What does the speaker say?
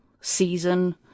season